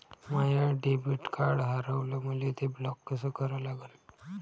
माय debit card हारवलं, मले ते ब्लॉक कस करा लागन?